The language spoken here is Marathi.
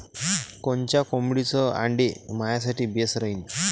कोनच्या कोंबडीचं आंडे मायासाठी बेस राहीन?